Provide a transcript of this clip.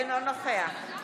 בתוספת.